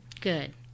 Good